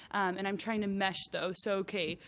and i'm trying to mesh, though. so, ok,